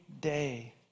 day